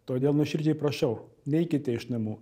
todėl nuoširdžiai prašau neikite iš namų